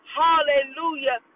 hallelujah